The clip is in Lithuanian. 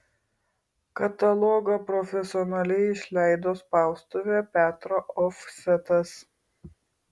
katalogą profesionaliai išleido spaustuvė petro ofsetas